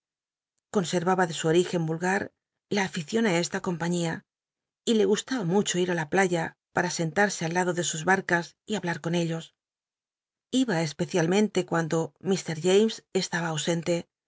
conservaba de su ol'igen i'ulgar la aficion esta compañia y le gustaba mucho ir la playa para sentarse al lado de sus ba rcas y hablar con ellos lba especialmente cuando mr james cslaba ausente